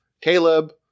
Caleb